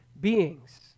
beings